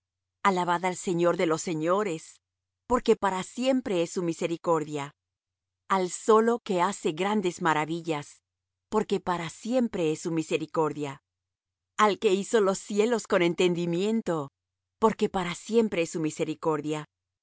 alabad al señor de los señores porque para siempre es su misericordia al solo que hace grandes maravillas porque para siempre es su misericordia al que hizo los cielos con entendimiento porque para siempre es su misericordia